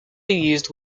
used